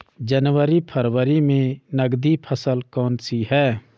जनवरी फरवरी में नकदी फसल कौनसी है?